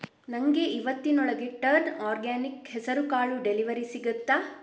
ನನಗೆ ಇವತ್ತಿನೊಳಗೆ turn organic ಹೆಸರುಕಾಳು ಡೆಲಿವರಿ ಸಿಗತ್ತಾ